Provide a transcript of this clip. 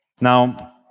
Now